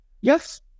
Yes